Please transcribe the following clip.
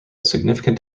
significant